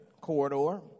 corridor